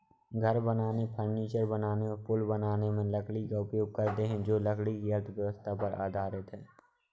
घर बनाने, फर्नीचर बनाने और पुल बनाने में लकड़ी का उपयोग करते हैं जो लकड़ी की अर्थव्यवस्था पर आधारित है